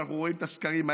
ואנחנו רואים את הסקרים,